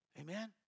Amen